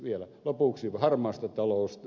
vielä lopuksi harmaasta taloudesta